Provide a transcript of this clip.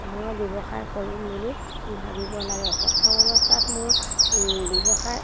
ডাঙৰ ব্যৱসায় কৰিম বুলি ভাবিব লাগে প্ৰথম অৱস্থাত মোৰ ব্যৱসায়